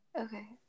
Okay